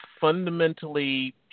fundamentally